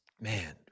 man